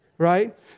right